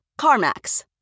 CarMax